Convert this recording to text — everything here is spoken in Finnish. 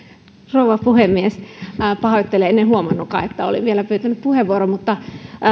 rouva puhemies en huomannutkaan että olin vielä pyytänyt puheenvuoron